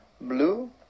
blue